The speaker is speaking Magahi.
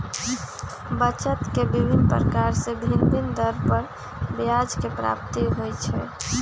बचत के विभिन्न प्रकार से भिन्न भिन्न दर पर ब्याज के प्राप्ति होइ छइ